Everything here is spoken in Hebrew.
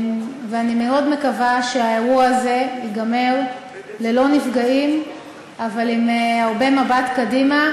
אני מאוד מקווה שהאירוע הזה ייגמר ללא נפגעים אבל עם הרבה מבט קדימה,